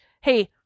Hey